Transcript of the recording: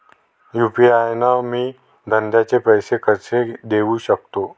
UPI न मी धंद्याचे पैसे कसे देऊ सकतो?